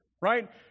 right